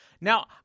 Now